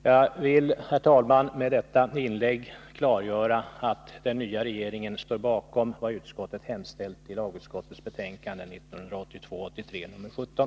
Jag vill, herr talman, med detta inlägg klargöra att den nya regeringen står bakom vad utskottet hemställt i lagutskottets betänkande 1982/83:17.